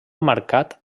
marcat